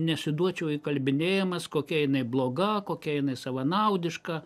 nesiduočiau įkalbinėjamas kokia jinai bloga kokia jinai savanaudiška